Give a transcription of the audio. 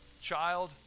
child